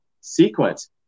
sequence